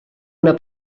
una